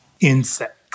insects